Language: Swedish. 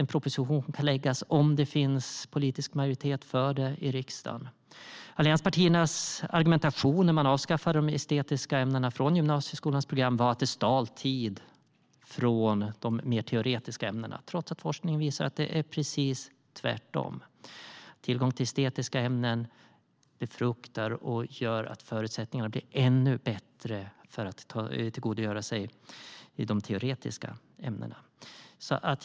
En proposition kan läggas fram om det finns politisk majoritet i riksdagen. Allianspartiernas argumentation när de estetiska ämnena avskaffades från gymnasieskolans program var att de stal tid från de mer teoretiska ämnena, trots att forskningen visar att det är precis tvärtom. Tillgång till estetiska ämnen befruktar och gör att förutsättningarna blir ännu bättre för att tillgodogöra sig de teoretiska ämnena.